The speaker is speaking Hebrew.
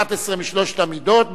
11 מ-13 המידות,